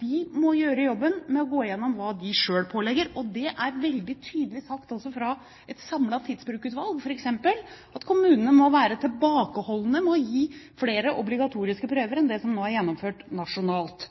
De må gjøre jobben med å gå igjennom hva de selv pålegger skolen. Det er veldig tydelig sagt også fra et samlet tidsbrukutvalg at kommunene må være tilbakeholdne med å gi flere obligatoriske prøver enn det som nå er gjennomført nasjonalt.